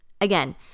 again